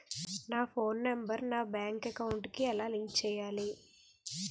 నా phone number నా bank account కి ఎలా లింక్ చేయాలి?